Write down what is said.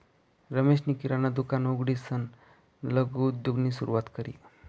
रमेशनी किराणा दुकान उघडीसन लघु उद्योगनी सुरुवात करी